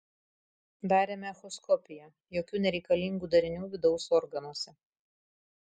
darėme echoskopiją jokių nereikalingų darinių vidaus organuose